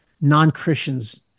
non-christians